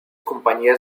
compañías